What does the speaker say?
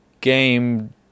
game